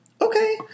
okay